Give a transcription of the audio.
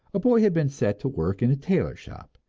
a boy had been set to work in the tailor shop,